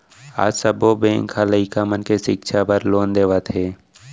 आज सब्बो बेंक ह लइका मन के सिक्छा बर लोन देवत हे